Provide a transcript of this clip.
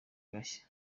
agashya